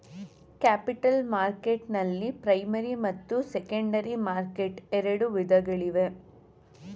capital ಮಾರ್ಕೆಟ್ನಲ್ಲಿ primary ಮತ್ತು secondary market ಎರಡು ವಿಧಗಳಿವೆ